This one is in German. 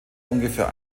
ungefähr